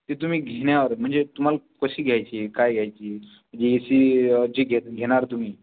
ते तुम्ही घेण्यावर आहे म्हणजे तुम्हाला कशी घ्यायची आहे काय घ्यायची आहे जे ए सी जी घे घेणार तुम्ही